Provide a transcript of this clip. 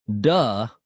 Duh